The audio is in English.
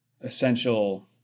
essential